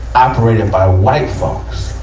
operated by white folks.